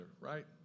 right